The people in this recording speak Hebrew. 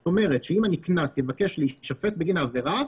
זאת אומרת שאם הנקנס יבקש להישפט בגין העבירה